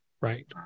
right